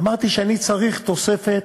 אמרתי שאני צריך תוספת